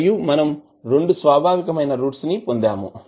మరియు మనం 2 స్వాభావికమైన రూట్స్ ని పొందాము